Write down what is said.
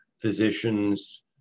physicians